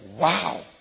wow